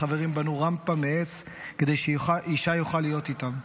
החברים בנו רמפה מעץ כדי שישי יוכל להיות איתם.